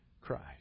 Christ